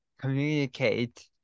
communicate